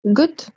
good